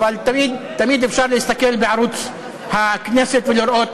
אבל תמיד אפשר להסתכל בערוץ הכנסת ולראות.